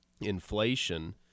inflation